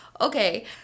okay –